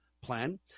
plan